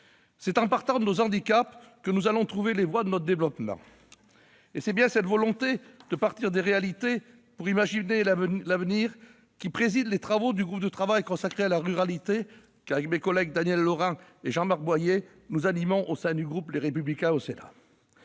C'est en partant de nos handicaps que nous trouverons les voies de notre développement. Cette volonté de partir des réalités pour imaginer l'avenir préside aux réflexions du groupe de travail consacré à la ruralité que j'anime avec mes collègues Daniel Laurent et Jean-Marc Boyer au sein du groupe Les Républicains du Sénat,